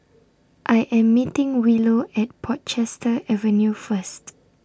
I Am meeting Willow At Portchester Avenue First